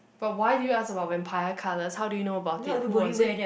but why do you ask about vampire colours how do you know about it who was it